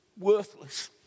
worthless